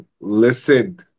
listen